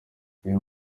uyu